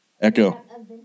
Echo